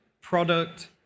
product